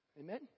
Amen